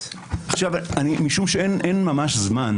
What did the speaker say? משום שאין ממש זמן